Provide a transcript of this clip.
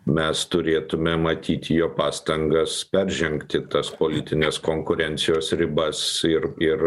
mes turėtume matyti jo pastangas peržengti tas politinės konkurencijos ribas ir ir